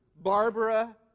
Barbara